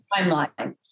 timeline